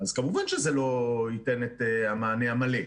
אז כמובן שזה לא ייתן את המענה המלא.